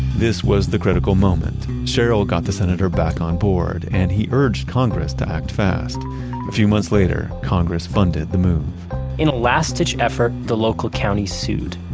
this was the critical moment. cheryl got the senator back on board and he urged congress to act fast. a few months later, congress funded the move in a last-ditch effort, the local county sued,